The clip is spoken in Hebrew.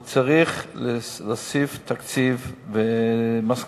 הוא צריך להוסיף תקציב ומשכורת.